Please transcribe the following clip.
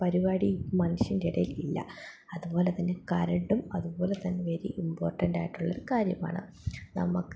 പരിപാടി മനുഷ്യൻ്റെ ഇടയിൽ ഇല്ല അതുപോലെത്തന്നെ കറണ്ടും അതുപോലെത്തന്നെ വെരി ഇമ്പോർട്ടൻറ്റായിട്ടുള്ളൊരു കാര്യമാണ് നമുക്ക്